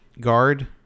guard